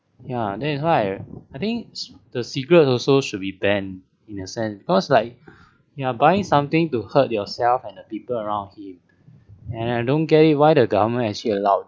ya then you hire I think the cigarette also should be ban in a sense cause like buying something to hurt yourself and the people around him and I don't get it why the government actually allowed